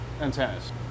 antennas